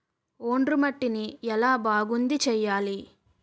ఒండ్రు మట్టిని ఎలా బాగుంది చేయాలి?